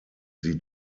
sie